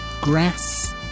Grass